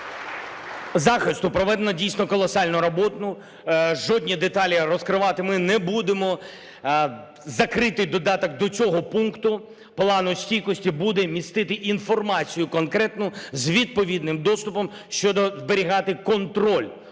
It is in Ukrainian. захисту проведено дійсно колосальну роботу. Жодні деталі розкривати ми не будемо. Закритий додаток до цього пункту Плану стійкості буде містити інформацію конкретну з відповідним доступом щодо зберігати контроль